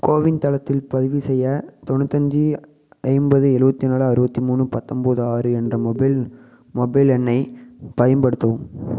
CoWIN தளத்தில் பதிவு செய்ய தொண்ணூத்தஞ்சு ஐம்பது எலுபத்தி நாலு அறுபத்தி மூணு பத்தம்போது ஆறு என்ற மொபைல் மொபைல் எண்ணைப் பயன்படுத்தவும்